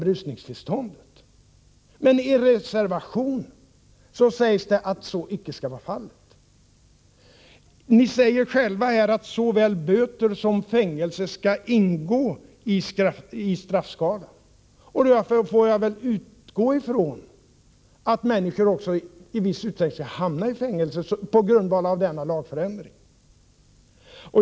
Men i denna reservation sägs att så icke skall vara fallet. Ni säger själva att ”såväl böter som fängelse bör ingå i straffskalan”. Jag utgår då från att människor i viss utsträckning hamnar i fängelse på grundval av denna lagförändring.